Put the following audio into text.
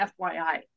FYI